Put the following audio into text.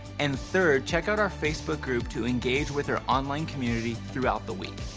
and third, check out our facebook group to engage with our online community throughout the week.